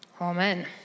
Amen